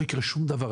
לא יקרה שום דבר.